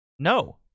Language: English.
No